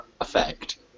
effect